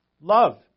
Love